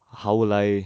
how will I